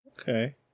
Okay